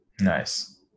Nice